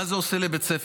מה זה עושה לבית הספר?